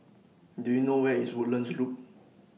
Do YOU know Where IS Woodlands Loop